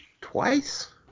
twice